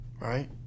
right